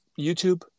YouTube